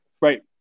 Right